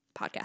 podcast